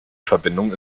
verbindung